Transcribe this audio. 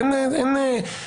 תודה רבה על הדיון.